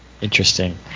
Interesting